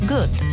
Good